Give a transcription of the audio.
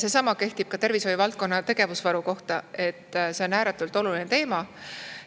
Seesama kehtib ka tervishoiuvaldkonna tegevusvaru kohta – see on ääretult oluline teema